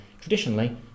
Traditionally